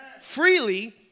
freely